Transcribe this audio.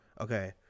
Okay